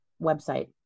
website